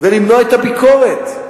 ולמנוע את הביקורת.